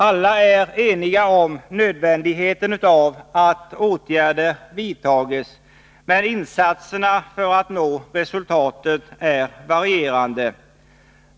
Alla är eniga om nödvändigheten av att åtgärder vidtas, men insatserna för att nå resultat är varierande.